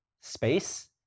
space